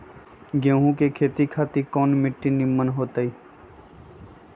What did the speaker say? गेंहू की खेती खातिर कौन मिट्टी निमन हो ताई?